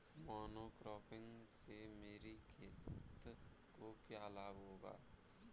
Monocropping से मेरी खेत को क्या लाभ होगा?